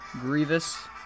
Grievous